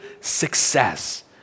success